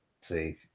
See